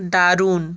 দারুণ